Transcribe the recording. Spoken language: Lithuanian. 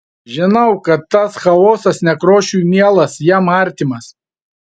žinau kad tas chaosas nekrošiui mielas jam artimas